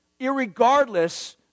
irregardless